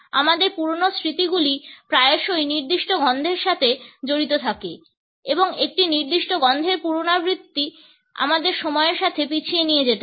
আমাদের পুরানো স্মৃতিগুলি প্রায়শই নির্দিষ্ট গন্ধের সাথে জড়িত থাকে এবং একটি নির্দিষ্ট গন্ধের পুনরাবৃত্তি আমাদের সময়ের সাথে পিছিয়ে নিয়ে যেতে পারে